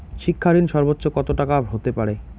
শিক্ষা ঋণ সর্বোচ্চ কত টাকার হতে পারে?